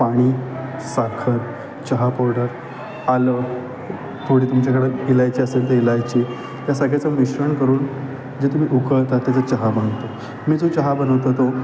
पाणी साखर चहा पावडर आलं थोडी तुमच्याकडं इलायची असेल तर इलायची या सगळ्याचं मिश्रण करून जे तुम्ही उकळता त्याचा चहा बनतो मी जो चहा बनवतो तो